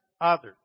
others